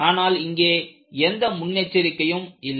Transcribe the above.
ஆனால் இங்கே எந்த முன்னெச்சரிக்கையும் இல்லை